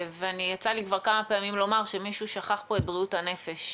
ויצא לי כבר כמה פעמים לומר שמישהו שכח פה את בריאות הנפש,